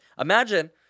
Imagine